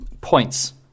points